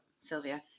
Sylvia